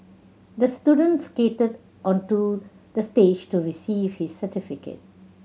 the student skated onto the stage to receive his certificate